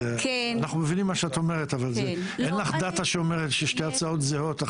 אנחנו מבינים את מה שאת אומרת אבל אין לך דאטה שאומרת ששתי הצעות זהות,